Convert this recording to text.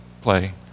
play